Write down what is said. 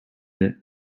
the